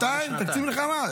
תקציב מלחמה.